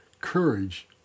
courage